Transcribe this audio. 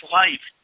life